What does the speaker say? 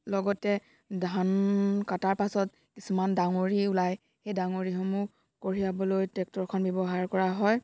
লগতে ধান কটাৰ পাছত কিছুমান ডাঙৰি ওলায় সেই ডাঙৰিসমূহ কঢ়িয়াবলৈ ট্ৰেক্টৰখন ব্যৱহাৰ কৰা হয়